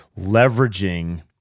leveraging